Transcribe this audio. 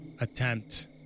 attempt